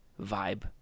vibe